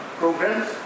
programs